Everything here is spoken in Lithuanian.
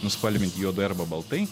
nuspalvinti juodai arba baltai